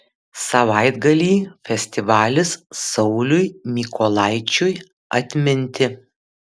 savaitgalį festivalis sauliui mykolaičiui atminti